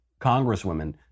Congresswomen